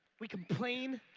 we complain,